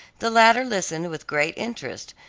the latter listened with great interest,